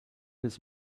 his